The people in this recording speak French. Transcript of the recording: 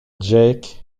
jake